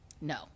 No